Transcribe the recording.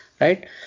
right